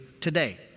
today